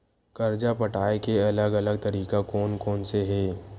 कर्जा पटाये के अलग अलग तरीका कोन कोन से हे?